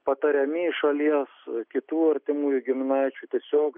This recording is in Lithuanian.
patariami iš šalies kitų artimųjų giminaičių tiesiog